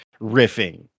riffing